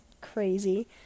crazy